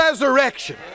Resurrection